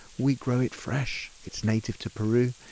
we grow it fresh it's native to peru.